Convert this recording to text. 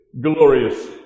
glorious